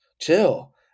Chill